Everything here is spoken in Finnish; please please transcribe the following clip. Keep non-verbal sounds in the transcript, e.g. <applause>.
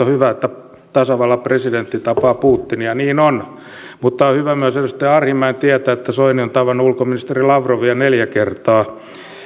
<unintelligible> hyvä että tasavallan presidentti tapaa putinia niin on mutta on hyvä myös edustaja arhinmäen tietää että soini on tavannut ulkoministeri lavrovia neljä kertaa